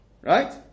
Right